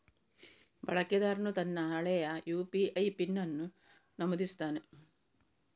ಬಳಕೆದಾರನು ತನ್ನ ಹಳೆಯ ಯು.ಪಿ.ಐ ಪಿನ್ ಅನ್ನು ನಮೂದಿಸುತ್ತಾನೆ